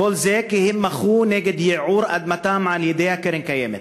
כל זה כי הם מחו נגד ייעור אדמתם על-ידי הקרן קיימת.